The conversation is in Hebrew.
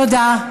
תודה.